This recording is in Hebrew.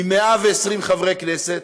מ-120 חברי כנסת,